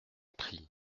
prie